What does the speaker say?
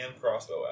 crossbow